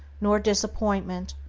nor disappointment,